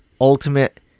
ultimate